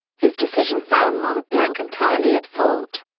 his decision found mont-blanc entirely at fault.